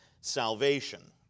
salvation